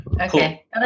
okay